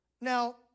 Now